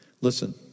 Listen